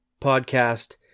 podcast